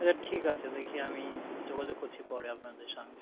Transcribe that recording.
আচ্ছা ঠিক আছে দেখি আমি যোগাযোগ করছি পরে আপনাদের সঙ্গে